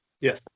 Yes